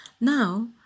Now